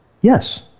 Yes